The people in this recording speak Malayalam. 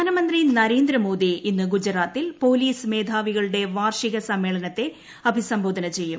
പ്രധാനമന്ത്രി നരേന്ദ്രമോദി ഇന്ന് ഗുജറാത്തിൽ പോലീസ് മേധാവികളുടെ വാർഷിക സമ്മേളനത്തെ അഭിസംബോധന ചെയ്യും